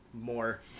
more